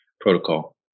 protocol